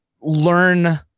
learn